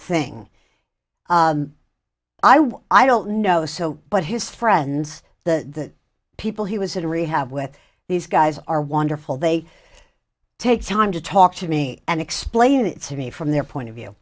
thing i was i don't know so but his friends the people he was in rehab with these guys are wonderful they take time to talk to me and explain it to me from their point of view